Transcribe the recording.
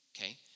okay